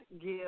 give